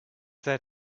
seid